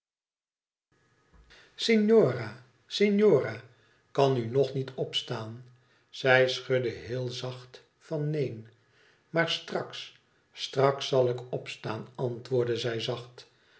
signora signora kan u nog niet opstaan zij schudde heel zacht van neen maar straks straks zal ik opstaan antwoordde zij zacht